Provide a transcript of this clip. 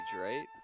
right